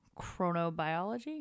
chronobiology